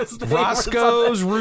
Roscoe's